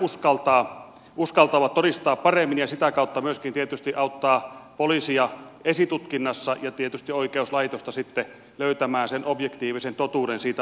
he uskaltavat todistaa paremmin ja sitä kautta myöskin auttaa poliisia esitutkinnassa ja tietysti oikeuslaitosta löytämään objektiivisen totuuden siitä asiasta